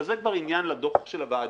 אבל זה כבר עניין לדוח עצמו של הוועדה,